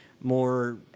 more